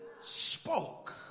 spoke